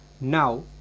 Now